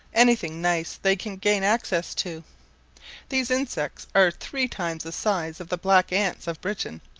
anything nice they can gain access to these insects are three times the size of the black ants of britain,